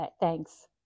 thanks